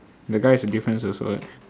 the guy is a difference also eh